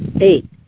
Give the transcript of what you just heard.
Eight